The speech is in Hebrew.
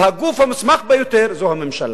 והגוף המוסמך ביותר הוא הממשלה.